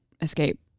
escape